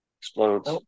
explodes